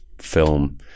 film